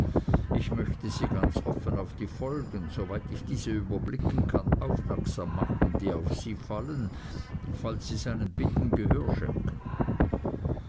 ich möchte sie ganz offen auf die folgen soweit ich diese überblicken kann aufmerksam machen die auf sie fallen falls sie seinen bitten gehör schenken